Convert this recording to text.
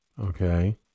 Okay